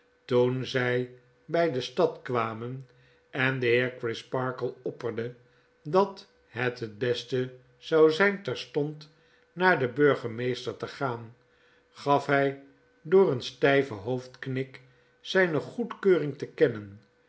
toen zij bij de stad kwamen en de heer crisparkle opperde dat het het best zou zijn terstond naar den burgjemeester te gaan gaf hij door een stijvenhoofdknik zijne goedkeuring te kennen